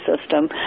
system